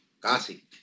Casi